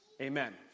Amen